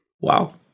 Wow